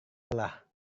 lelah